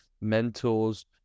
mentors